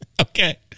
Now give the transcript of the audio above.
Okay